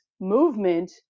movement